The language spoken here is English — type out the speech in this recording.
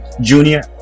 Junior